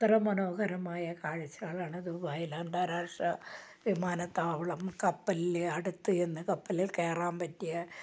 അത്ര മനോഹരമായ കാഴ്ചകളാണ് ദുബായിൽ അന്താരാഷ്ട്ര വിമാനത്താവളം കപ്പലിൽ അടുത്ത് ചെന്ന് കപ്പലിൽ കയറാൻ പറ്റിയ